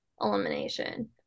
elimination